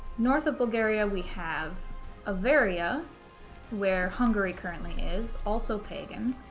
north of bulgaria we have avaria where hungary currently is, also pagan